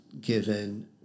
given